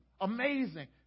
Amazing